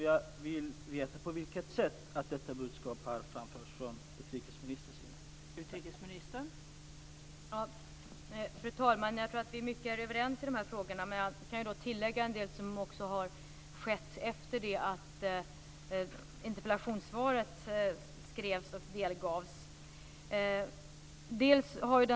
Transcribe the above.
Jag vill veta på vilket sätt detta budskap har framförts från utrikesministerns sida.